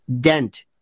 dent